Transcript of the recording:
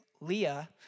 Leah